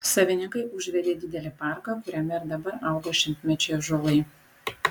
savininkai užvedė didelį parką kuriame ir dabar auga šimtmečiai ąžuolai